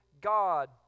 God